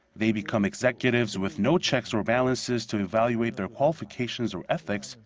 they become executives with no checks or balances to evaluate their qualifications or ethics,